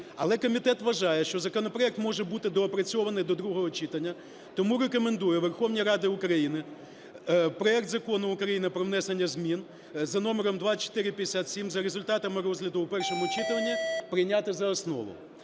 Але комітет вважає, що законопроект може бути доопрацьований до другого читання, тому рекомендує Верховній Раді України проект Закону України про внесення змін, за номером 2457, за результатами розгляду у першому читанні, прийняти за основу.